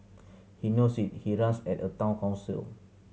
he knows it he runs at a Town Council